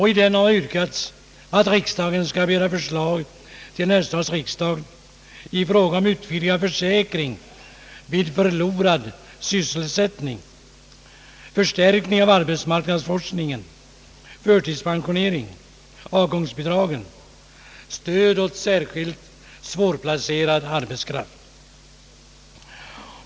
I den har yrkats att riksdagen skall begära förslag till nästa års riksdag i fråga om utvidgad försäkring vid förlorad sysselsättning, förstärkning av arbetsmarknadsforskningen, förtidspensionering, <avgångsbidragen och stöd åt särskilt svårplacerad arbetskraft.